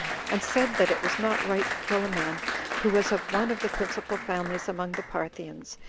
and said that it was not right to kill a man who was of one of the principal families among the parthians,